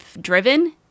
driven